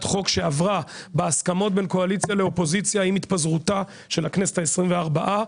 חוק שעברה בהסכמות בין קואליציה לאופוזיציה עם התפזרותה של הכנסת ה-24,